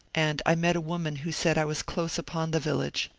and i met a woman who said i was close upon the village.